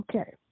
okay